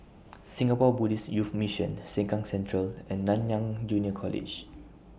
Singapore Buddhist Youth Mission Sengkang Central and Nanyang Junior College